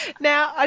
Now